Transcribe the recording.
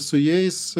su jais